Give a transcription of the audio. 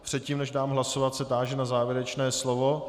Předtím než dám hlasovat, se táži na závěrečné slovo.